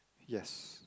yes